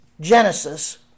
Genesis